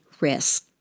risk